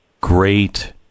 great